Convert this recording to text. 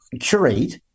curate